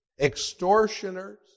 extortioners